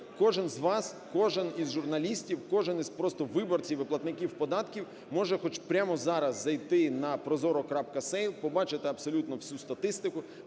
Кожен з вас, кожен із журналістів, кожен із просто виборців і платників податків може хоч прямо зараз зайти наProZorro. Sale, побачити абсолютно всю статистику,